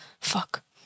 Fuck